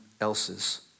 else's